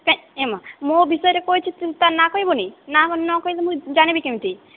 କାଇଁ ଏ ମା ମୋ ବିଷୟରେ କହିଛି ତା ନାଁ କହିବନି ନାଁ ନ କହିଲେ ମୁଁ ଜାନିବି କେମିତି